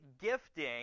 gifting